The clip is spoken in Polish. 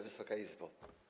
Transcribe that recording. Wysoka Izbo!